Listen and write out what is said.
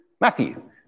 Matthew